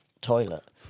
toilet